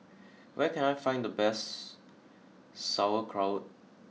where can I find the best sauerkraut